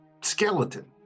skeleton